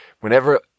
Whenever